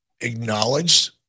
acknowledged